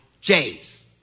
James